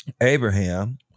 Abraham